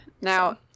Now